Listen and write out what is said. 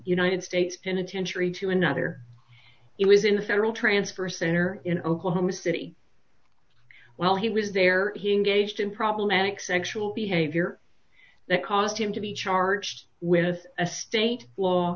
united states penitentiary to another he was in a federal transfer center in oklahoma city while he was there he engaged in problematic sexual behavior that caused him to be charged with a state law